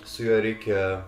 su juo reikia